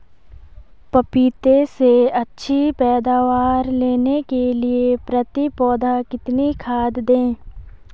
पपीते से अच्छी पैदावार लेने के लिए प्रति पौधा कितनी खाद दें?